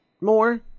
more